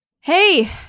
Hey